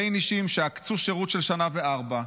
בני"שים שעקצו שירות של שנה וארבע,